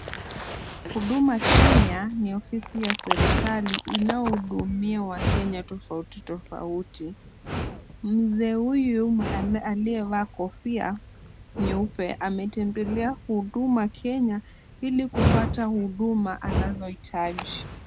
Huduma Kenya ni ofisi ya serikali inayohudumia wakenya tofauti tofauti. Mzee huyu aliyevaa kofia nyeupe, ametembelea huduma Kenya ili kupata huduma anazohitaji.